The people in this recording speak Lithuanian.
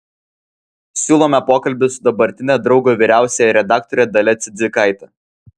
siūlome pokalbį su dabartine draugo vyriausiąja redaktore dalia cidzikaite